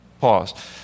pause